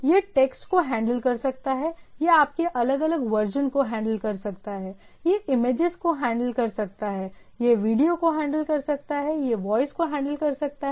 यह टेक्स्ट को हैंडल कर सकता है यह आपके अलग अलग वर्जन को हैंडल कर सकता है यह इमेजेज को हैंडल कर सकता है यह वीडियो को हैंडल कर सकता है यह वॉइस को हैंडल कर सकता है